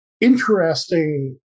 interesting